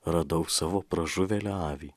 radau savo pražuvėlę avį